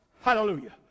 Hallelujah